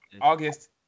August